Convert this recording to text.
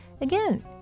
Again